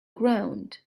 ground